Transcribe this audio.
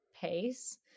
pace